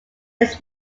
its